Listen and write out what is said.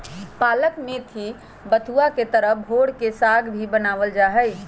पालक मेथी बथुआ के तरह भोर के साग भी बनावल जाहई